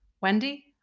Wendy